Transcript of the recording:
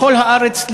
בכל הארץ,